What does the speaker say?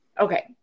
Okay